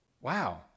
Wow